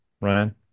Ryan